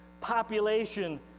population